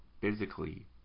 physically